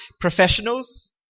professionals